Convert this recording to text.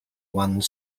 one